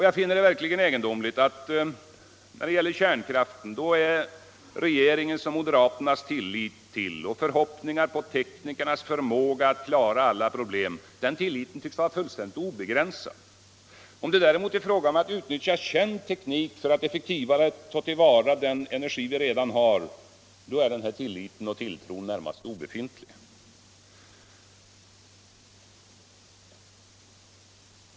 Jag finner det verkligen egendomligt att när det gäller kärnkraften tycks regeringens och moderaternas tillit till teknikernas förmåga att klara alla problem vara fullständigt obegränsad. Om det däremot är fråga om att utnyttja känd teknik för att effektivare ta till vara den energi vi redan har är den tilltron närmast obefintlig.